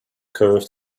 curved